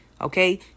okay